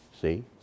see